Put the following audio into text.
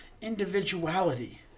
individuality